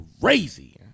crazy